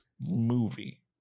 movie